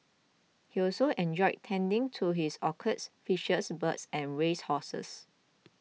he also enjoyed tending to his orchids fishes birds and race horses